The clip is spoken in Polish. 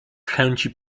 chęci